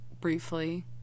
briefly